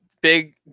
big